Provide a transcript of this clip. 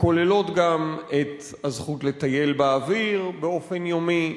שכוללות גם את הזכות לטייל באוויר באופן יומי,